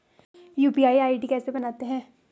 UPI ID कैसे बनाते हैं?